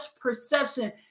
perception